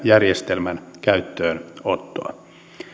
järjestelmän käyttöönottoa